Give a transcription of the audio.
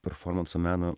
performanso meno